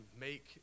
make